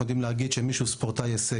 אנחנו יודעים להגיד שמי שהוא ספורטאי הישג